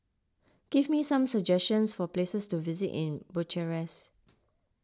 give me some suggestions for places to visit in Bucharest